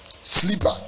Sleeper